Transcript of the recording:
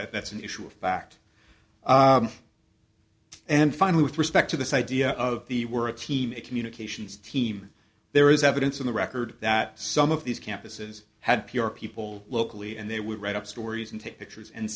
again that's an issue of fact and finally with respect to this idea of the word team a communications team there is evidence in the record that some of these campuses had p r people locally and they would write up stories and take pictures and